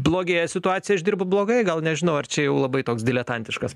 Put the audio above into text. blogėja situacija aš dirbu blogai gal nežinau ar čia jau labai toks diletantiškas